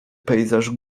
pejzaż